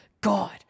God